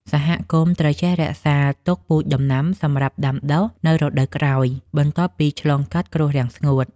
សហគមន៍ត្រូវចេះរក្សាទុកពូជដំណាំសម្រាប់ដាំដុះនៅរដូវក្រោយ បន្ទាប់ពីឆ្លងកាត់គ្រោះរាំងស្ងួត។